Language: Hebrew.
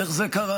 איך זה קרה?